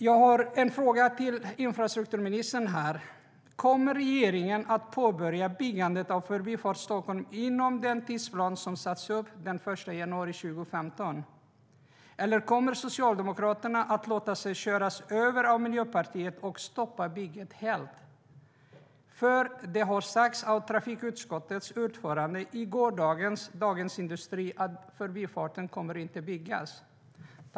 Jag har en fråga till infrastrukturministern. Kommer regeringen att påbörja byggandet av Förbifart Stockholm inom den tidsplan som satts upp, den 1 januari 2015, eller kommer Socialdemokraterna att låta sig köras över av Miljöpartiet och stoppa bygget helt? I gårdagens Dagens Industri sa nämligen trafikutskottets ordförande att Förbifarten inte kommer att byggas.